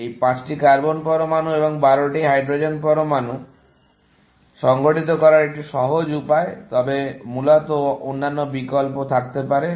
এই 5টি কার্বন পরমাণু এবং 12টি হাইড্রোজেন পরমাণু সংগঠিত করার একটি সহজ উপায় তবে মূলত অন্যান্য বিকল্প থাকতে পারে